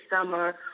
summer